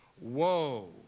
whoa